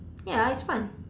ya it's fun